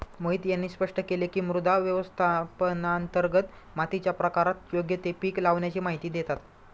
मोहित यांनी स्पष्ट केले की, मृदा व्यवस्थापनांतर्गत मातीच्या प्रकारात योग्य ते पीक लावाण्याची माहिती देतात